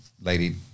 lady